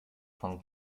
von